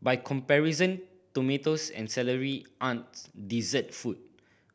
by comparison tomatoes and celery aren't dessert foods